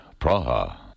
Praha